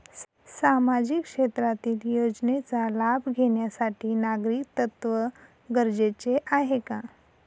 सामाजिक क्षेत्रातील योजनेचा लाभ घेण्यासाठी नागरिकत्व गरजेचे आहे का?